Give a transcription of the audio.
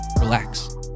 relax